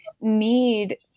need